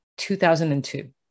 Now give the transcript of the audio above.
2002